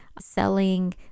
selling